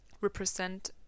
represent